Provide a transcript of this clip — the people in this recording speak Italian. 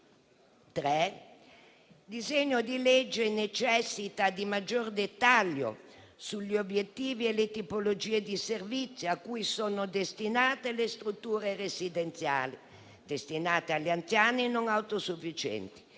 il disegno di legge necessita di maggior dettaglio sugli obiettivi e le tipologie di servizi a cui sono destinate le strutture residenziali per gli anziani non autosufficienti,